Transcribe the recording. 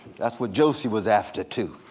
that's what josie was after, too.